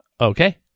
Okay